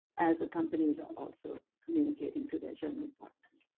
as the companies are also communicating to their general partners.